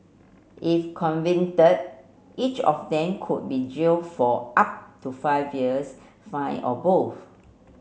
if convicted each of them could be jailed for up to five years fined or both